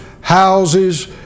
houses